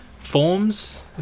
forms